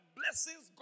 blessings